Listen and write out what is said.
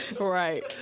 Right